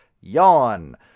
Yawn